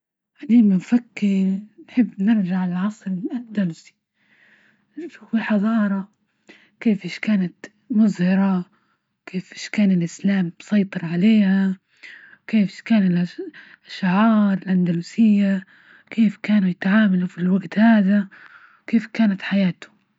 ألحين نفكر نحب نرجع للعصر الأندلسي، نشوف الحضارة، كيف إيش كانت مزهرة؟ وكيف إيش كان الاسلام مسيطر عليها؟ وكيف إيش كان ا الأشعار الأندلسية؟ كيف كانوا يتعاملوا في الوقت هذا؟ وكيف حياته؟